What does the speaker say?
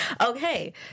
Okay